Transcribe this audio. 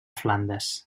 flandes